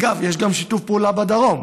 אגב, יש שיתוף פעולה גם בדרום.